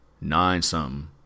nine-something